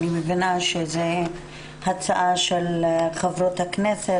אני מבינה שזו הצעה של חברות הכנסת,